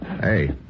Hey